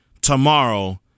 tomorrow